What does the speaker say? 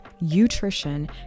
nutrition